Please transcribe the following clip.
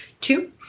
two